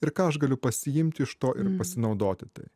ir ką aš galiu pasiimti iš to ir pasinaudoti